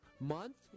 month